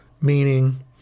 meaning